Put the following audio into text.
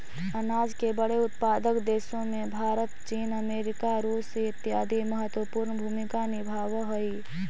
अनाज के बड़े उत्पादक देशों में भारत चीन अमेरिका रूस इत्यादि महत्वपूर्ण भूमिका निभावअ हई